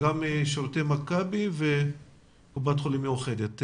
מהילדים שלנו מקבלים טיפול אצלנו וחלק לא.